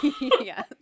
Yes